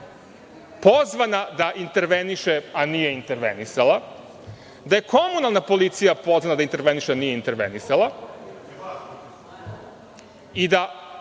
pozvana da interveniše, a nije intervenisala, da je komunalna policija pozvana da interveniše, a nije intervenisala i da